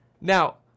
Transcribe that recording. Now